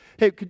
Hey